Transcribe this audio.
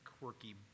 quirky